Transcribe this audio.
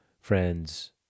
friends